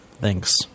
Thanks